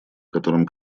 которым